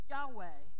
Yahweh